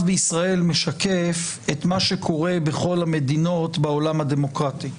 בישראל משקף את מה שקורה בכל המדינות בעולם הדמוקרטי.